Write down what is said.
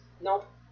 nope